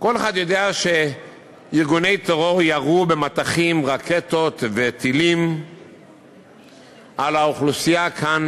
כל אחד יודע שארגוני טרור ירו במטחים רקטות וטילים על האוכלוסייה כאן,